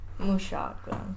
Mushak